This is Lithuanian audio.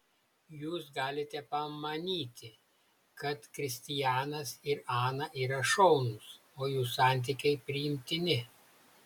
jūs galite pamanyti kad kristijanas ir ana yra šaunūs o jų santykiai priimtini